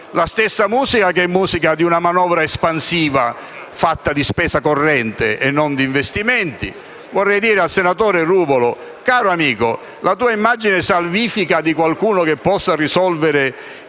ci riportano: la musica di una manovra espansiva fatta di spesa corrente e non di investimenti. Vorrei dire al senatore Ruvolo: caro amico, la tua immagine salvifica di qualcuno che possa risolvere i problemi